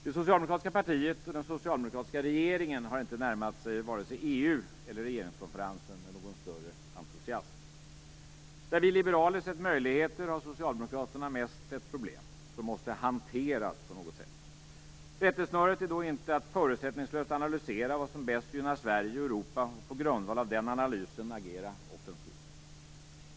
Det socialdemokratiska partiet och den socialdemokratiska regeringen har inte närmat sig vare sig EU eller regeringskonferensen med någon större entusiasm. Där vi liberaler sett möjligheter har socialdemokraterna mest sett problem som måste hanteras på något sätt. Rättesnöret är då inte att förutsättningslöst analysera vad som bäst gynnar Sverige och Europa och på grundval av den analysen agera offensivt.